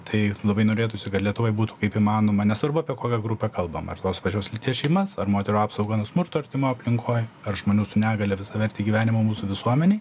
tai labai norėtųsi kad lietuvoj būtų kaip įmanoma nesvarbu apie kokią grupę kalbam ar tos pačios lyties šeimas ar moterų apsaugą nuo smurto artimo aplinkoj ar žmonių su negalia visavertį gyvenimą mūsų visuomenėj